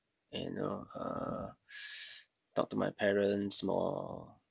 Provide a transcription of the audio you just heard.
and you know uh talk to my parents more